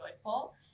joyful